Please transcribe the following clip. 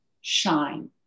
shine